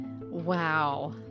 wow